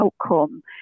outcome